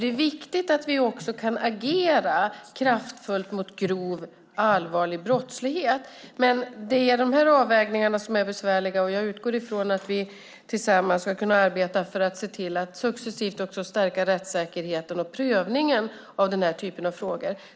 Det är viktigt att vi också kan agera kraftfullt mot grov allvarlig brottslighet. Det är dessa avvägningar som är besvärliga, och jag utgår från att vi tillsammans ska kunna arbeta för att se till att successivt stärka rättssäkerheten och prövningen av denna typ av frågor.